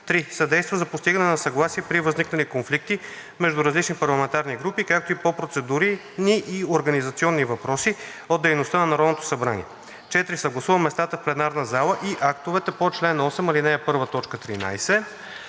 3. съдейства за постигане на съгласие при възникнали конфликти между различни парламентарни групи, както и по процедурни и организационни въпроси от дейността на Народното събрание; 4. съгласува местата в пленарната зала и актовете по чл. 8, ал. 1, т. 13.